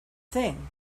thing